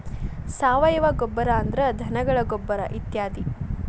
ಸಾವಯುವ ಗೊಬ್ಬರಾ ಅಂದ್ರ ಧನಗಳ ಗೊಬ್ಬರಾ ಇತ್ಯಾದಿ